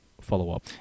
follow-up